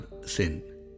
sin